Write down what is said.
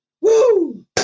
Woo